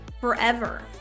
forever